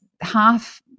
half